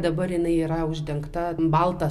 dabar jinai yra uždengta balta